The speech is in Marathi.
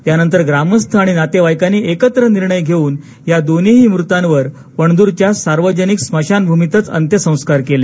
त्यानंतर ग्रामस्थ आणि नातेवाईकांनी एकत्रित निर्णय घेऊन या दोनीही मृतांवर पणद्रच्या सार्वजनिक स्मशानभूमीतच अंत्यसंस्कार केले